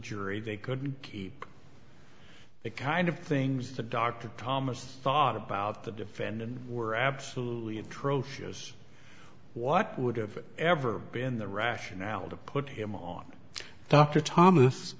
jury they could keep it kind of things that dr thomas thought about the defendant were absolutely atrocious what would have ever been the rationale to put him on dr thomas